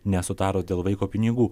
nesutarus dėl vaiko pinigų